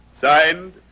Signed